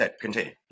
continue